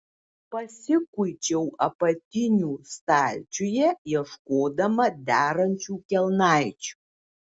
pasikuičiau apatinių stalčiuje ieškodama derančių kelnaičių